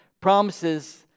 promises